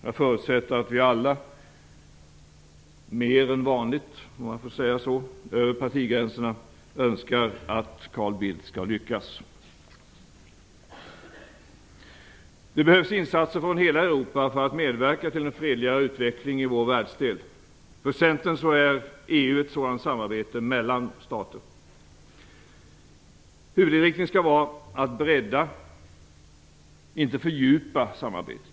Jag förutsätter att vi alla - mer än vanligt om jag får säga så - över partigränserna önskar att Carl Bildt lyckas. Det behövs insatser från hela Europa för att medverka till en fredligare utveckling i vår världsdel. För Centern är EU ett sådant samarbete mellan stater. Huvudinriktningen skall vara att bredda, inte fördjupa, samarbetet.